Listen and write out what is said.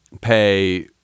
pay